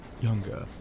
younger